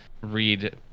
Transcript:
Read